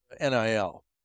NIL